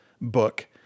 book